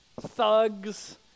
thugs